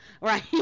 right